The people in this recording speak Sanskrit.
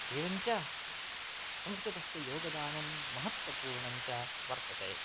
एवं च संस्कृतस्य योगदानं महत्वपूर्णं च वर्तते